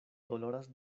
doloras